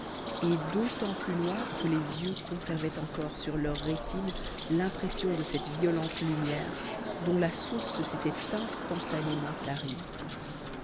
et d'autant plus noir que les yeux conservaient encore sur leur rétine l'impression de cette violente lumière dont la source s'était instantanément tarie